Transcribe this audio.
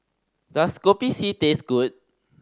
does Kopi C taste good